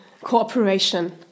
cooperation